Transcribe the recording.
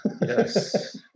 yes